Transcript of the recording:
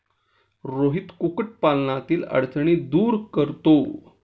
रोहित कुक्कुटपालनातील अडचणी दूर करतो